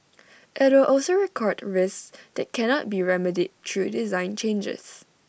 IT will also record risks that cannot be remedied through design changes